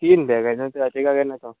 तीन बॅग आहाय न्हू सो अर्टिगा घेवन येता हांव